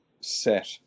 set